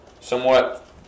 somewhat